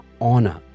honor